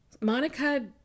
Monica